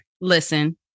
Listen